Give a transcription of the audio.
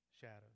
shadows